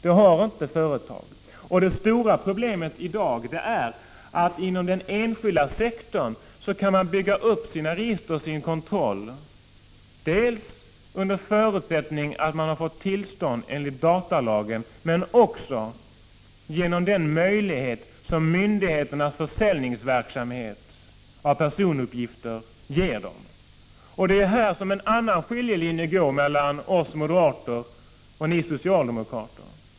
Detta har inte företag. Inom den enskilda sektorn kan man bygga upp sina register och sin kontroll dels under förutsättning att man har fått tillstånd enligt datalagen, dels genom den möjlighet som myndigheternas försäljningsverksamhet när det gäller personuppgifter skapar. Här går ytterligare en skiljelinje mellan oss moderater och er socialdemokrater.